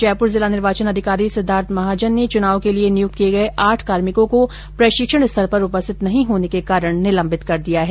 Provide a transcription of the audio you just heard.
जयप्र जिला निर्वाचन अधिकारी सिद्वार्थ महाजन ने चुनाव के लिए नियुक्त किए गए आठ कार्मिकों को प्रशिक्षण स्थल पर उपस्थित नहीं होने के कारण निलम्बित कर दिया है